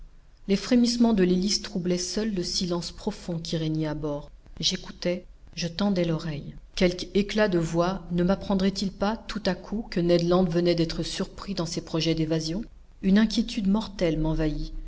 les frémissements de l'hélice troublaient seuls le silence profond qui régnait à bord j'écoutais je tendais l'oreille quelque éclat de voix ne mapprendrait il pas tout à coup que ned land venait d'être surpris dans ses projets d'évasion une inquiétude mortelle m'envahit